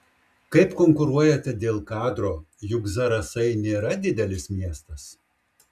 kaip konkuruojate dėl kadro juk zarasai nėra didelis miestas